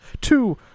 two